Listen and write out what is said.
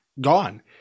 gone